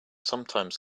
sometimes